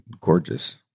gorgeous